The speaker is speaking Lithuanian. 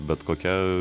bet kokia